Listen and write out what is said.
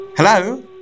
Hello